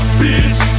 bitch